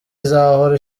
izahora